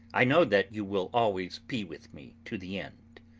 i know that you will always be with me to the end.